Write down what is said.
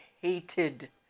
hated